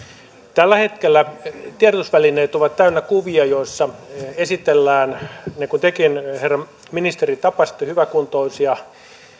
tällä hetkellä tiedotusvälineet ovat täynnä kuvia joissa esitellään niin kuin tekin herra ministeri tapasitte hyväkuntoisia